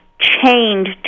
chained